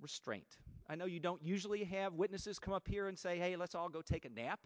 restraint i know you don't usually have witnesses come up here and say hey let's all go take a nap